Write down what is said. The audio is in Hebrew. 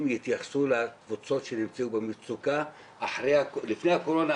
יתייחסו לקבוצות שנמצאות במצוקה לפני הקורונה,